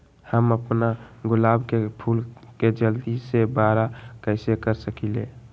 हम अपना गुलाब के फूल के जल्दी से बारा कईसे कर सकिंले?